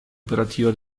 operativa